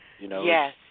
Yes